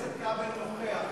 חבר הכנסת כבל נוכח גם,